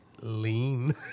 lean